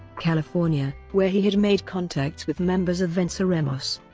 california, where he had made contacts with members of venceremos.